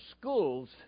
schools